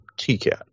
TCAT